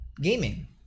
gaming